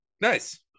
Nice